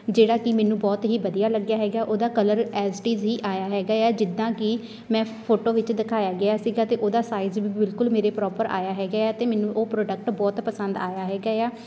ਜਿਹੜਾ ਕਿ ਮੈਨੂੰ ਬਹੁਤ ਹੀ ਵਧੀਆ ਲੱਗਿਆ ਹੈਗਾ ਉਹਦਾ ਕਲਰ ਐਸਟੀਜੀ ਆਇਆ ਹੈਗਾ ਏ ਜਿੱਦਾਂ ਕਿ ਮੈਂ ਫੋਟੋ ਵਿੱਚ ਦਿਖਾਇਆ ਗਿਆ ਸੀਗਾ ਅਤੇ ਉਹਦਾ ਸਾਈਜ਼ ਵੀ ਬਿਲਕੁਲ ਮੇਰੇ ਪ੍ਰੋਪਰ ਆਇਆ ਹੈਗਾ ਹੈ ਅਤੇ ਮੈਨੂੰ ਉਹ ਪ੍ਰੋਡਕਟ ਬਹੁਤ ਪਸੰਦ ਆਇਆ ਹੈਗਾ ਏ ਆ